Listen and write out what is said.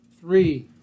three